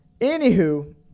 Anywho